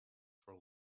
for